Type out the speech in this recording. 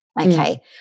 Okay